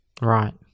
right